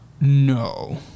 No